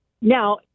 now